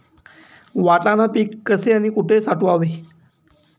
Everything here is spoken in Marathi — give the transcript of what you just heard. वाटाणा पीक कसे आणि कुठे साठवावे?